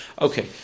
Okay